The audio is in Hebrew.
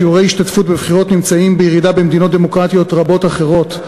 שיעורי ההשתתפות בבחירות נמצאים בירידה במדינות דמוקרטיות רבות אחרות,